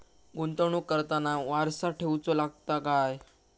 गुंतवणूक करताना वारसा ठेवचो लागता काय?